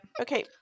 Okay